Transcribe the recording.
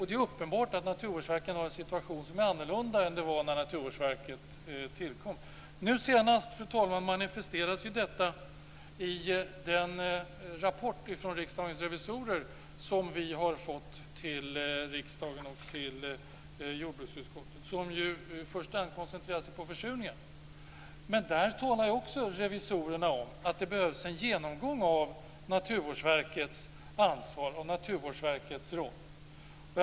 Det är uppenbart att Naturvårdsverket har en situation som är annorlunda än den var när verket tillkom. Nu senast, fru talman, manifesteras detta i den rapport från Riksdagens revisorer som vi har fått till riksdagen och till jordbruksutskottet. Rapporten koncentrerar sig i första hand på försurningen, men revisorerna talar där också om att det behövs en genomgång av Naturvårdsverkets ansvar och dess roll.